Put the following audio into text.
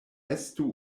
estu